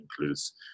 includes